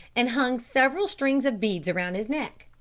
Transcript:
and hung several strings of beads round his neck.